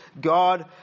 God